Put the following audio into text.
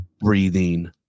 breathing